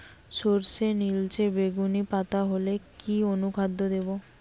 সরর্ষের নিলচে বেগুনি পাতা হলে কি অনুখাদ্য দেবো?